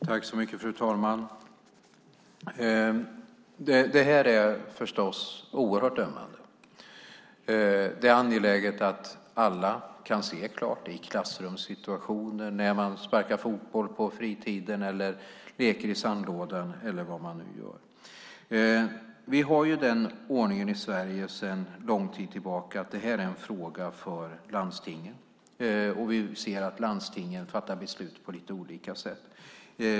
Fru talman! Det här är förstås oerhört ömmande. Det är angeläget att alla kan se klart i klassrumssituationer, när man sparkar fotboll på fritiden eller leker i sandlådan eller vad man nu gör. Vi har ju den ordningen i Sverige, sedan lång tid tillbaka, att det här är en fråga för landstingen. Och vi ser att landstingen fattar beslut på lite olika sätt.